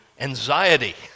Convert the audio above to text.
anxiety